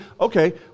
Okay